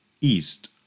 east